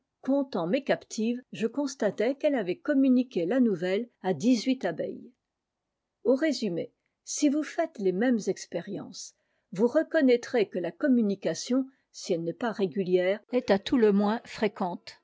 comptant mes captives je constatai qu'elle avait communiqué la nouvelle à dix-huit abeilles au résumé si vous faites les mêmes expériences vous reconnaîtrez que la communication si elle n'est pas régulière est à tout la moins fréquente